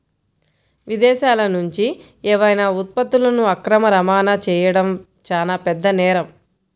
విదేశాలనుంచి ఏవైనా ఉత్పత్తులను అక్రమ రవాణా చెయ్యడం చానా పెద్ద నేరం